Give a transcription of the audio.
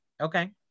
Okay